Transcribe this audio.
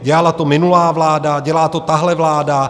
Dělala to minulá vláda, dělá to tahle vláda.